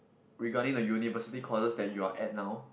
regarding the university courses that you are at now